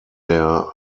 der